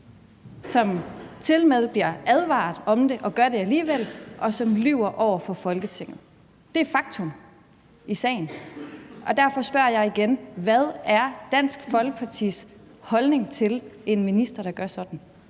som tilmed bliver advaret om det og alligevel gør det, og som lyver over for Folketinget. Det er et faktum i sagen, og derfor spørger jeg igen: Hvad er Dansk Folkepartis holdning til en minister, der gør sådan?